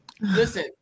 Listen